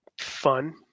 Fun